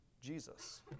Jesus